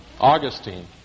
Augustine